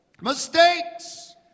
Mistakes